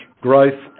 growth